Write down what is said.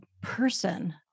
person